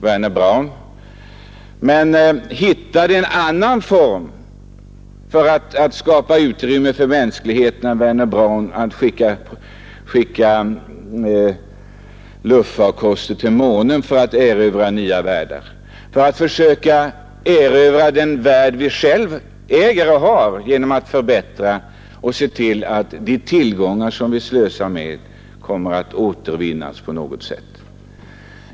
Men han hade hittat en annan form för att skapa utrymme för mänskligheten än genom att skicka rymdfarkoster till månen och erövra nya världar, nämligen att försöka erövra vår egen värld genom att så förbättra den att de tillgångar vi slösar med kan återvinnas på något sätt.